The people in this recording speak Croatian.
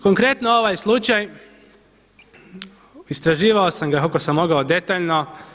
Konkretno ovaj slučaj istraživao sam ga koliko sam mogao detaljno.